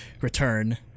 Return